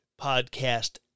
podcast